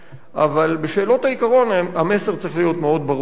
אבל בשאלות העיקרון המסר צריך להיות מאוד ברור ונוקב.